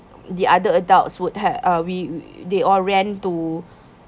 the other adults would have uh we they all ran to